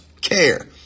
care